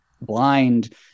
blind